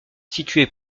situé